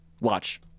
Watch